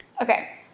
Okay